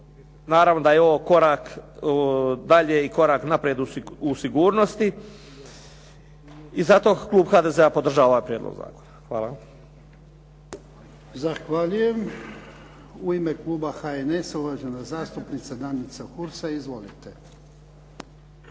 naravno da je ovo korak dalje i korak naprijed u sigurnosti. I zato klub HDZ-a podržava ovaj prijedlog zakona. Hvala. **Jarnjak, Ivan (HDZ)** Zahvaljujem. U ime kluba HNS-a uvažena zastupnica Danica Hursa. Izvolite. **Hursa,